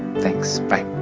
thanks. bye